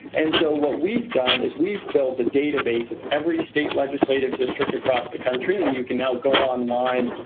and so what we've done is we've built a database of every state legislative district across the country, and you can now go online.